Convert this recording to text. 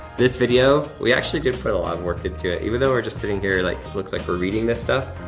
this video, we actually did put a lot of work into it, even though we're just sitting here like it looks like we're reading this stuff,